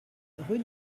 rue